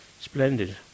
Splendid